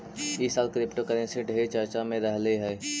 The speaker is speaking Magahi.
ई साल क्रिप्टोकरेंसी ढेर चर्चे में रहलई हे